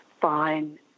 fine